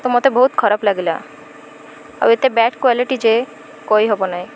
ତ ମତେ ବହୁତ ଖରାପ ଲାଗିଲା ଆଉ ଏତେ ବ୍ୟାଡ଼ କ୍ଵାଲିଟି ଯେ କହି ହବ ନାହିଁ